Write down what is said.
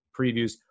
previews